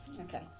Okay